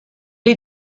est